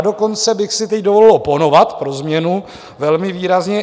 Dokonce bych si dovolil teď oponovat pro změnu velmi výrazně.